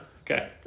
okay